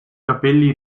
capelli